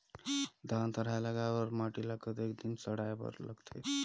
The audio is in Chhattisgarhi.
धान थरहा लगाय बर माटी ल कतेक दिन सड़ाय बर लगथे?